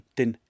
den